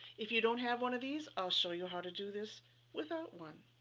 if you don't have one of these, i'll show you how to do this without one,